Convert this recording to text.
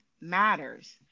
matters